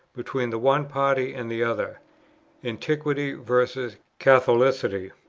between the one party and the other antiquity versus catholicity.